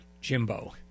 Jimbo